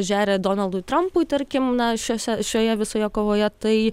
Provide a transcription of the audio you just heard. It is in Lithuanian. žeria donaldui trampui tarkim na šiuose šioje visoje kovoje tai